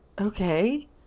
Okay